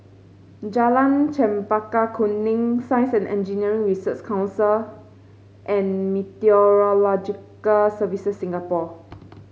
Jalan Chempaka Kuning Science And Engineering Research Council and Meteorological Services Singapore